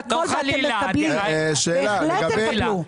בהחלט תקבלו.